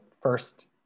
first